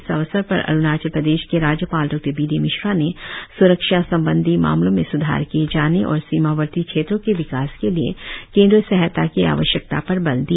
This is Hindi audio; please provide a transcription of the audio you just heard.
इस अवसर पर अरुणाचल प्रदेश के राज्यपाल डॉ बी डी मिश्रा ने सुरक्षा संबंधी मामलों में सुधार किए जाने और सीमावर्ती क्षेत्रों के विकास के लिए केंद्रीय सहायता की आवश्यकता पर बल दिया